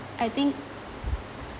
I think